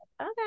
Okay